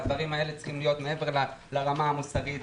והדברים האלה צריכים להיות מעבר לרמה המוסרית,